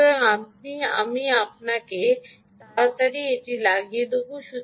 সুতরাং আমি আমাকে তাড়াতাড়ি এটি লাগিয়ে দেব